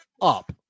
up